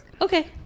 Okay